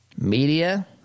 media